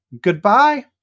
Goodbye